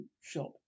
shop